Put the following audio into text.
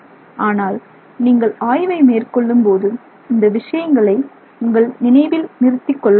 ஆனால் நீங்கள் ஆய்வை மேற்கொள்ளும்போது இந்த விஷயங்களை உங்கள் நினைவில் நிறுத்திக்கொள்ள வேண்டும்